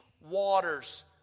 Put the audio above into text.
waters